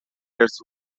ارث